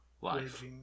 Life